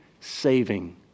saving